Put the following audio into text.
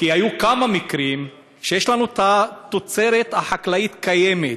כי היו כמה מקרים שיש לנו תוצרת חקלאית קיימת,